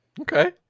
okay